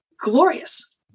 glorious